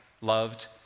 loved